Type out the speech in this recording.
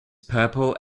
purple